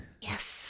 Yes